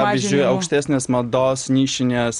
pavyzdžiui aukštesnės mados nišinės